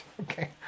okay